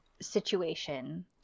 Situation